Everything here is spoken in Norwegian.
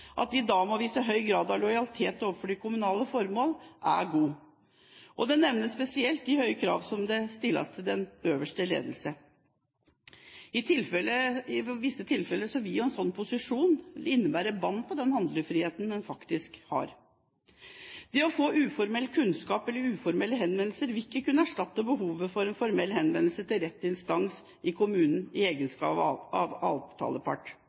må vise en høy grad av lojalitet overfor de kommunale formål, er god. Det nevnes spesielt de høye krav som stilles til den øverste ledelsen. I visse tilfeller vil en slik posisjon innebære bånd på den handlefriheten en faktisk har. Det å få uformell kunnskap eller uformelle henvendelser vil ikke kunne erstatte behovet for en formell henvendelse til rett instans i kommunen i egenskap av